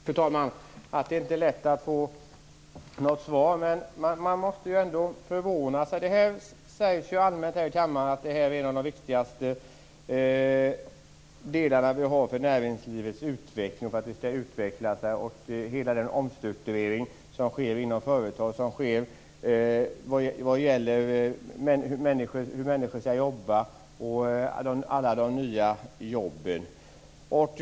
Fru talman! Det är inte lätt att få något svar. Men jag måste säga att jag förvånas. Det sägs ju allmänt här i kammaren att detta är en av de viktigaste delarna för att näringslivet skall utvecklas. Det är viktigt för hela den omstrukturering som sker inom företag när det gäller hur människor skall jobba.